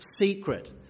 secret